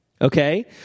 Okay